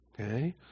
Okay